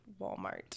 Walmart